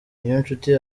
niyonshuti